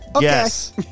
Yes